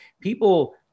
people